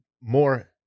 more